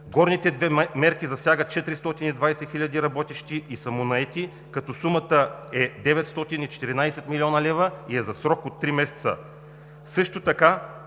Горните две мерки засягат 420 хиляди работещи и самонаети – като сумата е 914 млн. лв., и е за срок от три месеца. Също така